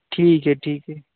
ठीक है ठीक है